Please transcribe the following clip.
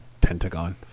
pentagon